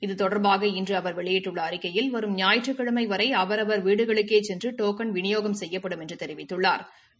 இது தொடர்பாக இன்று அவர் வெளியிட்டுள்ள அறிக்கையில் வரும் ஞாயிற்றுக்கிழமை வரை அவரவா் வீடுகளுக்கே சென்று டோக்கன் விநியோகம் செய்யபப்டும் என்று தெரிவித்துள்ளாா்